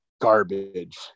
garbage